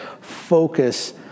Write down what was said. focus